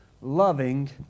loving